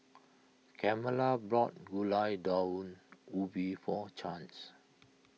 Carmela bought Gulai Daun Ubi for Chance